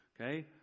Okay